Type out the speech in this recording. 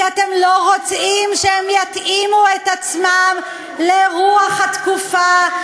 כי אתם לא רוצים שהם יתאימו את עצמם לרוח התקופה.